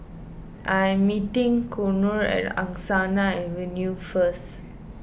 I am meeting Konnor at Angsana Avenue first